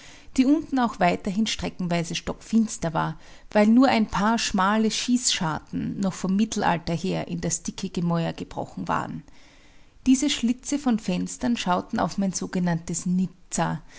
die unten auch weiterhin streckenweise stockfinster war weil nur ein paar schmale schießscharten noch vom mittelalter her in das dicke gemäuer gebrochen waren diese schlitze von fenstern schauten auf mein sogenanntes nizza